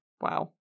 wow